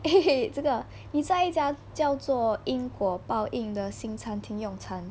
eh 这个你在一家叫做因果报应的新餐厅用餐